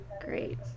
Great